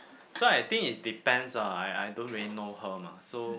so I think its depends ah I I don't really know her mah so